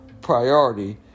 priority